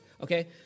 okay